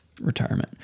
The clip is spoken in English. retirement